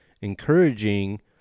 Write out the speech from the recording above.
encouraging